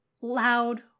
loud